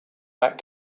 back